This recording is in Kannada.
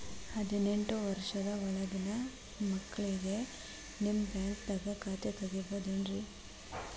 ಹದಿನೆಂಟು ವರ್ಷದ ಒಳಗಿನ ಮಕ್ಳಿಗೆ ನಿಮ್ಮ ಬ್ಯಾಂಕ್ದಾಗ ಖಾತೆ ತೆಗಿಬಹುದೆನ್ರಿ?